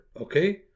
okay